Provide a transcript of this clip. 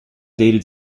dated